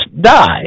die